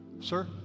Sir